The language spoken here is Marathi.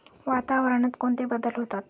वातावरणात कोणते बदल होतात?